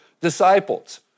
disciples